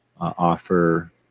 offer